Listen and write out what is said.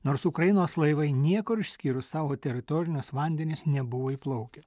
nors ukrainos laivai niekur išskyrus savo teritorinius vandenis nebuvo įplaukę